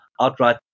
outright